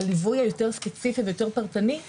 הליווי היותר ספציפי ויותר פרטני,